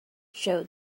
show